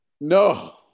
no